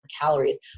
calories